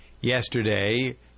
yesterday